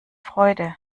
freude